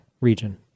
region